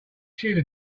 shiela